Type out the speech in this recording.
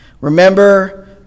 Remember